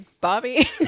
Bobby